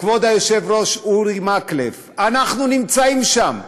וכבוד היושב-ראש אורי מקלב, אנחנו נמצאים שם,